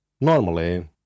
Normally